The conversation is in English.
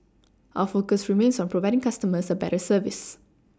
our focus remains on providing customers a better service